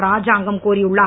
ராஜாங்கம் கோரியுள்ளார்